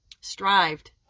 strived